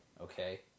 okay